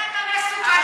איך אתה מסוגל לדבר